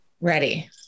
Ready